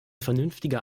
vernünftiger